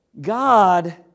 God